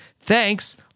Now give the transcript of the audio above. Thanks